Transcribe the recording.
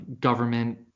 Government